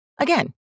Again